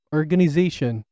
organization